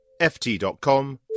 ft.com